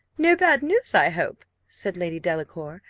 no bad news, i hope? said lady delacour,